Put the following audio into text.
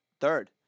Third